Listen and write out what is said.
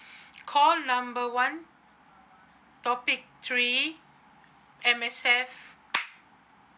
call number one topic three M_S_F